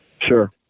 Sure